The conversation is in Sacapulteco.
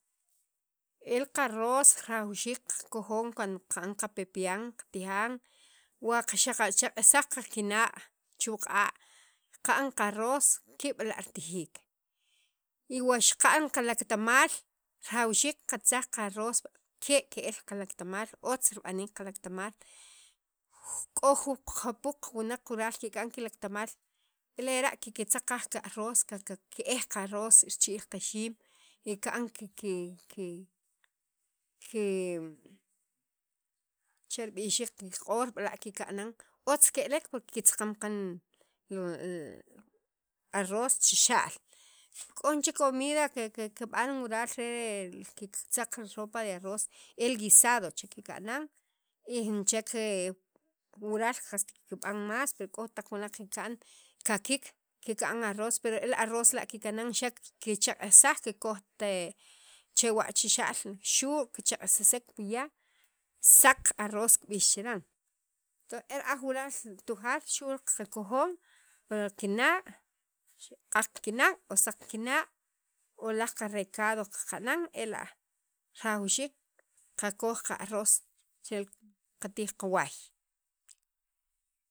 el qarroz rajawxiik qakojon e qab'an qa pepian katijan wa xa chaq'jsaj kinaq' chu' q'a' qa'n qarroz ke' b'la' ritijiik y wa xaqa'n qalaktamal rajawxiik qatzak qa rooz ke' ke'l qalaktamal ju k'o ju jupuuq wunaq kika'n kilaktamaal lera' kiktzaq qaj qarroz qaqe ki'ej qarroz richib'iil kixiim eka'n kik kiki ki > che rib'ixiik q'or b'la' kika'anan otz ke'lek por que kitzaqan kaan arroz chixa'l k'o jun chek comida kib'an wural re kitzaq li sopa de arroz el guisado kika'nan y jun chek > wural kikb'an más pero k'o jujon taq wunaq kikana'n el kakik kika'n arroz per el arroz la' kikanan xa' kichaq'ejsaj kikkojt chewa' chixa'l xu' kichaq'ajsisek pi ya' saq arroz kib'ix chiran tonsTujaal xu' kakojon pi kinaq' q'aq kinaq' o saq kinaq' o laj qa recado qaqana'n ela' rajawxiik qakoj qa arroz chel qatij qawaay